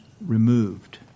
removed